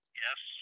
yes